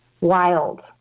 wild